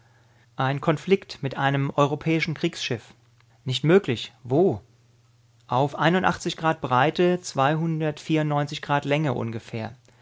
ein konflikt mit einem europäischen kriegsschiff nicht möglich wo auf grad breite grad länge ungefähr